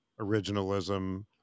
originalism